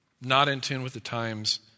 not-in-tune-with-the-times